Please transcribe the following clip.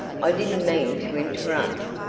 i didn't mean to interrupt.